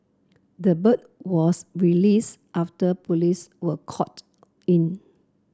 the bird was released after police were called in